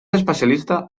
especialista